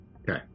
Okay